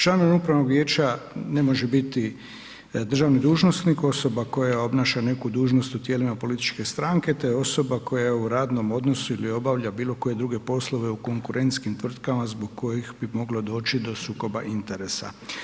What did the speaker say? Članovi upravnog vijeća ne može biti državni dužnosnik, osoba koja obnaša neku dužnost u tijelima političke stranke te osoba koja je u radnom odnosu ili obavlja bilo koje druge poslove u konkurentskim tvrtkama zbog kojih bi moglo doći do sukoba interesa.